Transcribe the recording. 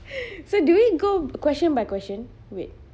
so do we go question by question wait